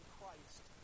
Christ